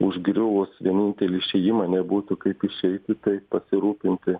užgriuvus vienintelį išėjimą nebūtų kaip išeiti tai pasirūpinti